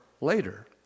later